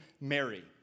Mary